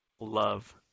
love